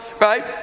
right